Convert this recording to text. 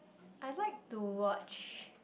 I like to watch